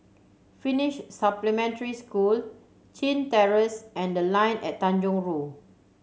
Finnish Supplementary School Chin Terrace and The Line at Tanjong Rhu